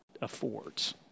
affords